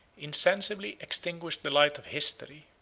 insensibly extinguished the light of history,